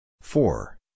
four